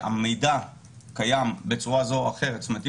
המידע קיים בצורה כזו או אחרת זאת אומרת,